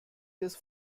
this